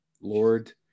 Lord